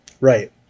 Right